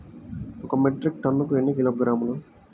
ఒక మెట్రిక్ టన్నుకు ఎన్ని కిలోగ్రాములు?